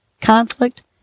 conflict